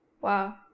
Wow